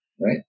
right